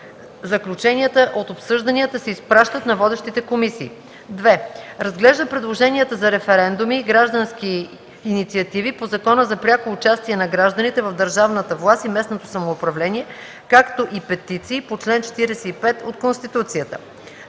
заключенията от обсъжданията се изпращат на водещите комисии; 2. разглежда предложенията за референдуми и граждански инициативи по Закона за пряко участие на гражданите в държавната власт и местното самоуправление, както и петиции по чл. 45 от Конституцията;